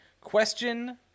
question